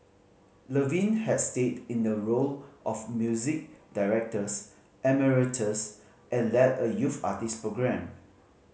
Levine had stayed in a role of music directors emeritus and led a youth artist program